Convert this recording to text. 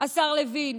השר לוין.